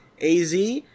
AZ